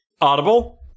Audible